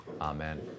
Amen